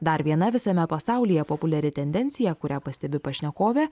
dar viena visame pasaulyje populiari tendencija kurią pastebi pašnekovė